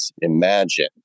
imagine